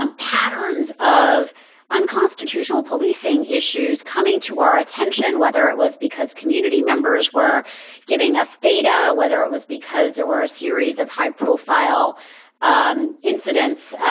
um patterns of unconstitutional policing issues coming to our attention, whether it was because community members were giving us data, whether it was because there were a series of high profile um incidents.